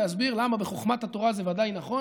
להסביר למה בחוכמת התורה זה ודאי נכון,